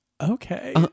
okay